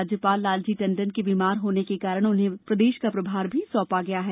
राज्यपाल लालजी टण्डन के बीमार होने के कारण उन्हें प्रदेश का प्रभार भी सौपा गया है